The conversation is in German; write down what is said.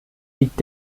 liegt